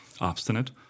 Obstinate